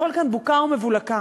הכול כאן בוקה ומבולקה,